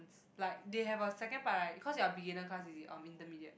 like they have a second part right cause you are beginner class is it or intermediate